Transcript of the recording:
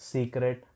Secret